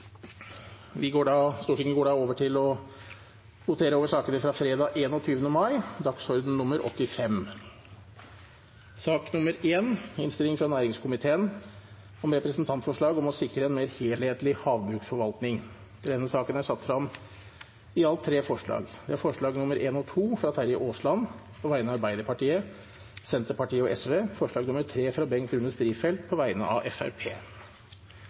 Stortinget går så over til å votere over sakene fra fredag 21. mai, dagsorden nr. 85. Under debatten er det satt frem i alt tre forslag. Det er forslagene nr. 1 og 2, fra Terje Aasland på vegne av Arbeiderpartiet, Senterpartiet og Sosialistisk Venstreparti forslag nr. 3, fra Bengt Rune Strifeldt på vegne av